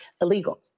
illegal